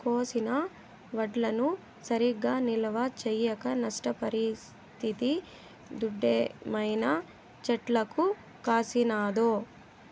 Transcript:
కోసిన వడ్లను సరిగా నిల్వ చేయక నష్టపరిస్తిది దుడ్డేమైనా చెట్లకు కాసినాదో